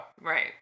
Right